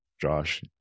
Josh